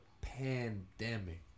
pandemic